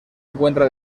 encuentra